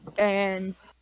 and